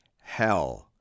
hell